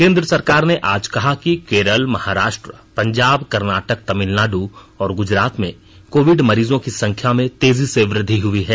केंद्र सरकार ने आज कहा कि केरल महाराष्ट्र पंजाब कर्नाटक तमिलनाड़ और ग्रजरात में कोविड मरीजों की संख्या में तेजी से वृद्धि हई है